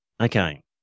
Okay